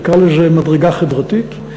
נקרא לזה מדרגה חברתית,